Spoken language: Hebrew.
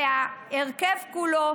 וההרכב כולו,